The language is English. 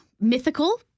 mythical